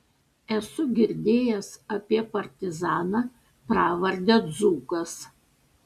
esu girdėjęs apie partizaną pravarde dzūkas